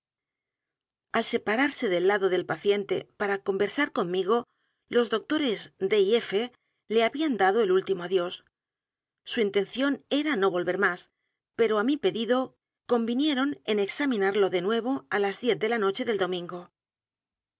al separarse del lado del paciente para conversar conmigo los d r e s d y f le habían dado el último adiós su intención era no volver m á s pero á mi pedido convinieron en examinarlo de nuevo á las diez de la noche del domingo